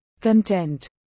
Content